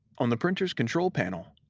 on the printer's control panel,